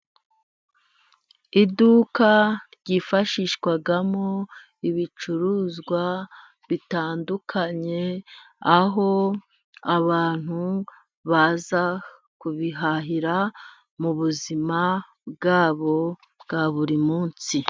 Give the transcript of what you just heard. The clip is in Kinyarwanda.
Iduka ryifashishwamo ibicuruzwa bitandukanye, aho abantu baza kubihahira mu buzima bwa bo bwa buri munsi.